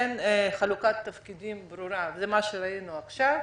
אין חלוקת תפקידים ברורה למה שראינו עכשיו,